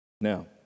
Now